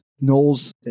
Knowles